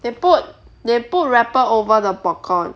they put they put wrapper over the popcorn